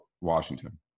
Washington